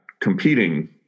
competing